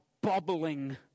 bubbling